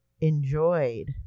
enjoyed